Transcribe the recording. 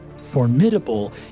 formidable